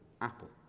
apple